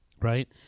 right